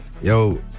yo